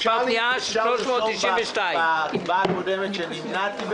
עמ' 37. אפשר לכתוב בהצבעה הקודמת שנמנעתי,